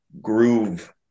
groove